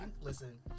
listen